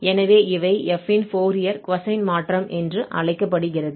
எனவே இவை F இன் ஃபோரியர் கொசைன் மாற்றம் என்று அழைக்கப்படுகிறது